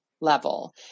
level